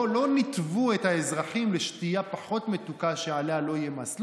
לא ניתבו את האזרחים לשתייה פחות מתוקה שעליה לא יהיה מס.